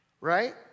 Right